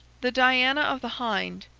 the diana of the hind,